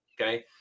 Okay